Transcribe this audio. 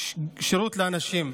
שירות לאנשים.